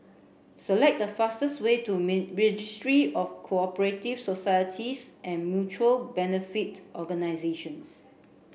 select the fastest way to Registry of Co operative Societies and Mutual Benefit Organisations